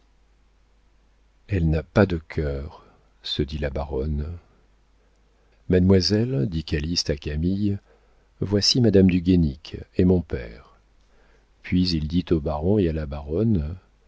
elle n'a pas de cœur se dit la baronne mademoiselle dit calyste à camille voici madame du guénic et mon père puis il dit au baron et à la baronne